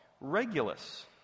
regulus